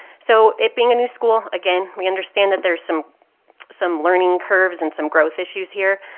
so it being a new school, again, we understand that there's some some learning curves and some growth issues here,